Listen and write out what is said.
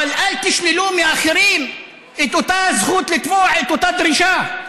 אבל אל תשללו מאחרים את אותה הזכות לתבוע את אותה דרישה.